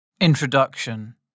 Introduction